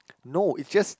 no it's just